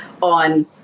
on